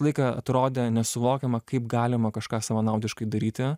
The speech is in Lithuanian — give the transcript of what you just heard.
laiką atrodė nesuvokiama kaip galima kažką savanaudiškai daryti